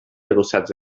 adossats